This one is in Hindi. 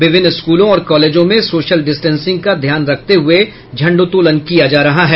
विभिन्न स्कूलों और कॉलेजों में सोशल डिस्टेंसिंग का ध्यान रखते हुये झंडोत्तोलन किया जा रहा है